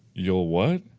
you'll what?